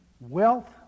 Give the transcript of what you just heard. Wealth